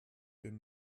dem